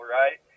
right